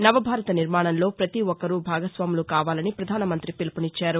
నవ భారత నిర్మాణంలో పతి ఒక్కరూ భాగస్వాములు కావాలని పధానమంత్రి పిలుపునిచ్చారు